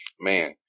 Man